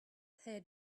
head